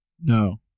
No